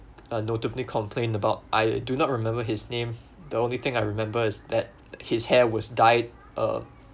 uh notably complained about I do not remember his name the only thing I remember is that his hair was dyed uh